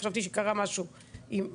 חשבתי שקרה משהו עם המלחמה.